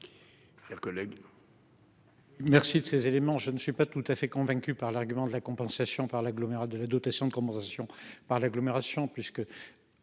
secrétaire d'État. Je ne suis pas tout à fait convaincu par l'argument de la dotation de compensation par l'agglomération,